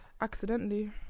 Accidentally